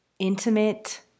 intimate